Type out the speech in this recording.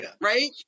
Right